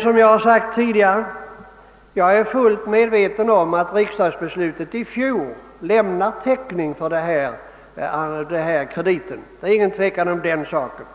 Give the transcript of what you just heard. Som jag har sagt tidigare är jag dock fullt medveten om att riksdagsbeslutet i fjol lämnar täckning för denna kredit. Det råder ingen tvekan om den saken.